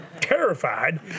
terrified